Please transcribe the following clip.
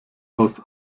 aus